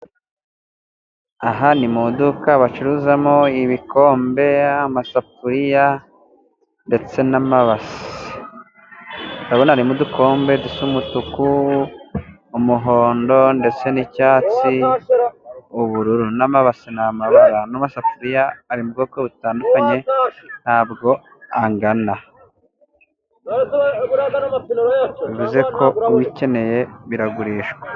Aha ni mu duka bacuruzamo ibikombe, amasafuriya ndetse n'amabase ndabona harimo udukombe dusa umutuku, umuhondo ndetse n'icyatsi, ubururu n'amabase ni amabara n'amasafuriya ari mu bwoko butandukanye ntabwo angana. Bivuze ko ubikeneye biragurishwa.